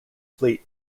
fleet